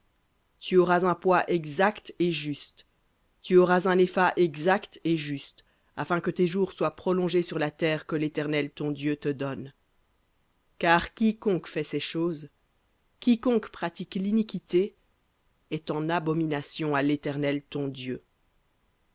tu auras un poids exact et juste tu auras un épha exact et juste afin que tes jours soient prolongés sur la terre que l'éternel ton dieu te donne car quiconque fait ces choses quiconque pratique l'iniquité est en abomination à l'éternel ton dieu